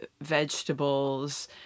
vegetables